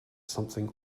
something